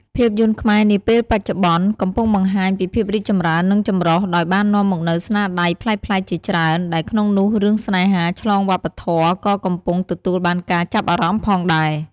ភាពយន្តខ្មែរនាពេលបច្ចុប្បន្ន កំពុងបង្ហាញពីភាពរីកចម្រើន និងចម្រុះ ដោយបាននាំមកនូវស្នាដៃប្លែកៗជាច្រើន ដែលក្នុងនោះរឿងស្នេហាឆ្លងវប្បធម៌ក៏កំពុងទទួលបានការចាប់អារម្មណ៍ផងដែរ ។